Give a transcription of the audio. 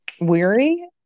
weary